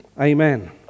Amen